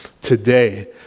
Today